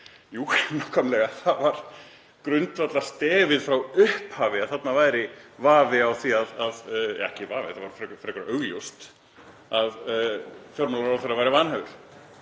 Jú, nákvæmlega, það var grundvallarstefið frá upphafi að þarna væri vafi á því að — ekki vafi, það var frekar augljóst að fjármálaráðherra væri vanhæfur